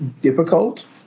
difficult